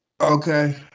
Okay